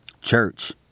Church